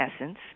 essence